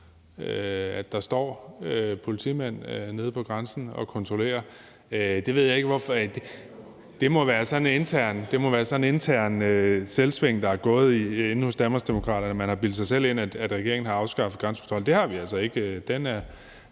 at der står politimænd nede på grænsen og kontrollerer. Men det må være sådan et internt selvsving, der er sket inde hos Danmarksdemokraterne, at man har bildt sig selv ind, at regeringen har afskaffet grænsekontrollen. Det har vi altså ikke,